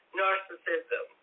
narcissism